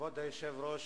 כבוד היושב-ראש,